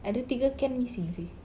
ada tiga can missing seh